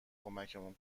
کمکمون